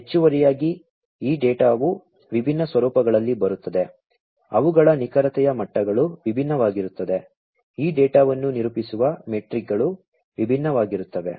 ಹೆಚ್ಚುವರಿಯಾಗಿ ಈ ಡೇಟಾವು ವಿಭಿನ್ನ ಸ್ವರೂಪಗಳಲ್ಲಿ ಬರುತ್ತದೆ ಅವುಗಳ ನಿಖರತೆಯ ಮಟ್ಟಗಳು ವಿಭಿನ್ನವಾಗಿರುತ್ತದೆ ಈ ಡೇಟಾವನ್ನು ನಿರೂಪಿಸುವ ಮೆಟ್ರಿಕ್ಗಳು ವಿಭಿನ್ನವಾಗಿರುತ್ತವೆ